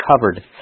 covered